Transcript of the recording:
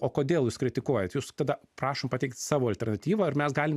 o kodėl jūs kritikuojat jūs tada prašom pateikti savo alternatyvą ar mes galim